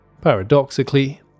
paradoxically